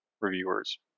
reviewers